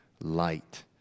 light